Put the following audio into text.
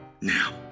Now